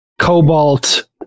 Cobalt